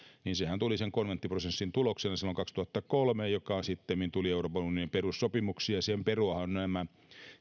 sen konventtiprosessin tuloksena silloin kaksituhattakolme ja sittemmin euroopan unionin perussopimuksiin sen peruahan sitten ovat nämä